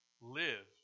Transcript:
Live